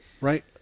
Right